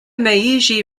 meiji